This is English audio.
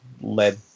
led